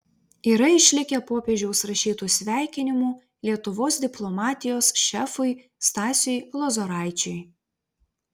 yra išlikę popiežiaus rašytų sveikinimų lietuvos diplomatijos šefui stasiui lozoraičiui